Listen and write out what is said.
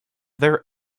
their